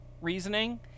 reasoning